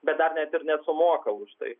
bet dar net ir nesumoka už tai